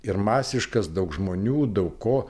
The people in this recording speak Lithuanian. ir masiškas daug žmonių daug ko